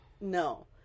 No